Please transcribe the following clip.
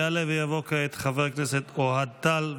יעלה ויבוא כעת חבר הכנסת אוהד טל,